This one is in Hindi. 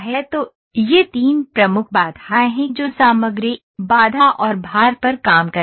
तो ये तीन प्रमुख बाधाएं हैं जो सामग्री बाधा और भार पर काम करेंगी